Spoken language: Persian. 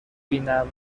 بیینم